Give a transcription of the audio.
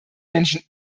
menschen